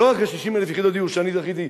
60,000 יחידות הדיור שאני זכיתי,